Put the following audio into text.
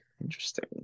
Interesting